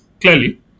clearly